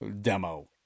demo